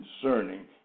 Concerning